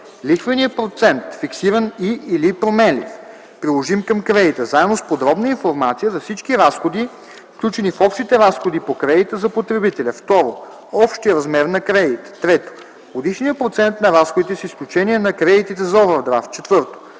лихвения процент, фиксиран и/или променлив, приложим към кредита, заедно с подробна информация за всички разходи, включени в общите разходи по кредита за потребителя; 2. общия размер на кредита; 3. годишния процент на разходите с изключение на кредитите за овърдрафт;